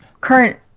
current